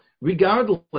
regardless